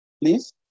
please